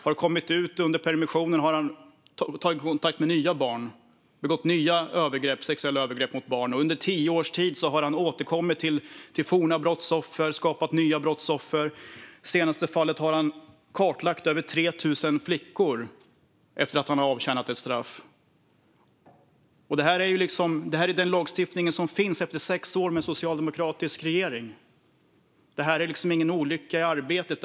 Han har kommit ut, och under permissionen har han tagit kontakt med nya barn och begått nya sexuella övergrepp mot barn. Under tio års tid har han återkommit till forna brottsoffer och skapat nya brottsoffer. I det senaste fallet har han kartlagt över 3 000 flickor efter att ha avtjänat ett straff. Det här är den lagstiftning som finns efter sex år med en socialdemokratisk regering. Det är liksom ingen olycka i arbetet.